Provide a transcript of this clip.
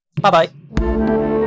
Bye-bye